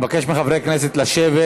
אני מבקש מחברי הכנסת לשבת.